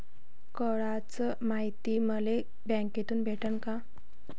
कराच मायती मले बँकेतून भेटन का?